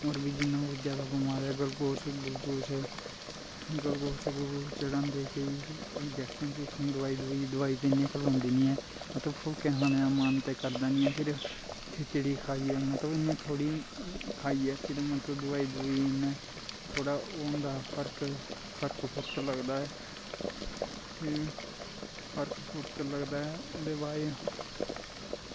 होरजियां कोई जादा बमार ऐ गुलकोश गुलकोश चढ़ांदें केंई इंजैक्शन जुक्शन दवाई इयां ते खलोंदी नी ऐ मतलव फुल्के खानें दा मन ते करदा नी ऐ मतलव खिचड़ी खाईयै इयां मतलव थोह्ड़ी खाईयै फिर दवाई दवुई थोह्ड़ा ओह् होंदा फर्क फुर्क होंदा ऐ फर्क फुर्क लगदा ऐ ओह्दे बाद च